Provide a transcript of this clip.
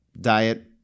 diet